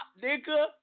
nigga